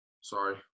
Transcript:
sorry